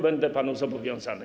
Będę panu zobowiązany.